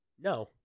No